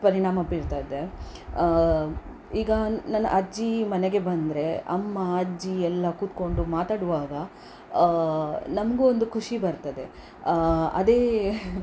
ಪರಿಣಾಮ ಬೀರ್ತಾಯಿದೆ ಈಗ ನನ್ನ ಅಜ್ಜಿ ಮನೆಗೆ ಬಂದರೆ ಅಮ್ಮ ಅಜ್ಜಿ ಎಲ್ಲ ಕೂತ್ಕೊಂಡು ಮಾತಾಡುವಾಗ ನಮಗೂ ಒಂದು ಖುಷಿ ಬರ್ತದೆ ಅದೇ